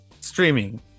streaming